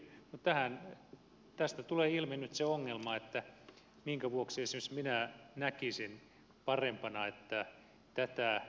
mutta tästä tulee ilmi nyt se ongelma minkä vuoksi esimerkiksi minä näkisin parempana että tätä uudistusta nyt lykätään